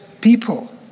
people